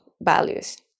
values